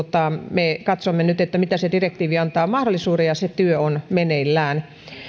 me katsomme nyt mihin se direktiivi antaa mahdollisuuden ja se työ on meneillään